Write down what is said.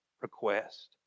request